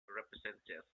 representatives